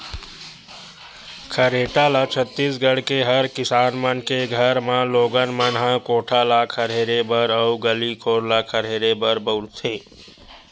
खरेटा ल छत्तीसगढ़ के हर किसान मन के घर म लोगन मन ह कोठा ल खरहेरे बर अउ गली घोर ल खरहेरे बर बउरथे